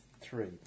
three